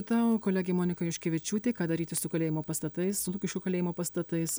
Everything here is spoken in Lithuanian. tau kolegė monika juškevičiūtė ką daryti su kalėjimo pastatais lukiškių kalėjimo pastatais